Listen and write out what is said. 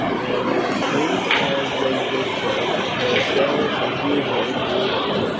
and as soon as they did so their assailants as usual drew off.